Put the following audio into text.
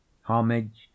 Homage